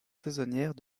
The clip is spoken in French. saisonnières